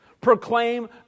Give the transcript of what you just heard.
Proclaim